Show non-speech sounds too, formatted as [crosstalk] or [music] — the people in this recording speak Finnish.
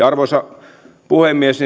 [unintelligible] arvoisa puhemies [unintelligible]